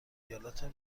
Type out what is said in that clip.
ایالت